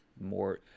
more